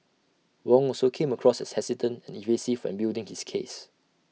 Wong also came across as hesitant and evasive when building his case